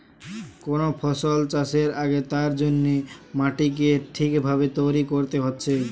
কোন ফসল চাষের আগে তার জন্যে মাটিকে ঠিক ভাবে তৈরী কোরতে হচ্ছে